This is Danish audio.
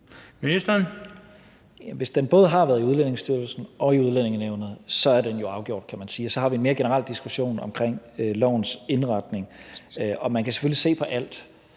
Hvis den både har været i Udlændingestyrelsen og i Udlændingenævnet, er den jo afgjort, kan man sige, og så har vi en mere generel diskussion omkring lovens indretning, og man kan selvfølgelig se på alt.